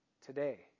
Today